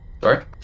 Sorry